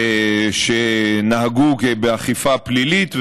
שנהגו באכיפה פלילית,